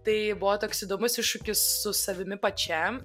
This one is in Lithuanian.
tai buvo toks įdomus iššūkis su savimi pačia